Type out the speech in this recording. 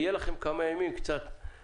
יהיו לכם כמה ימים ואני מבקש